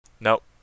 Nope